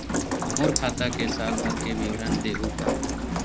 मोर खाता के साल भर के विवरण देहू का?